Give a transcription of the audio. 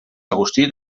agustí